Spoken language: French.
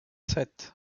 sept